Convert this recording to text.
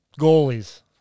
Goalies